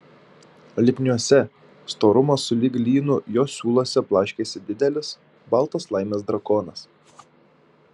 lipniuose storumo sulig lynu jo siūluose blaškėsi didelis baltas laimės drakonas